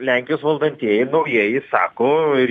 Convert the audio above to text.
lenkijos valdantieji naujieji sako ir